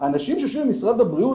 הבריאות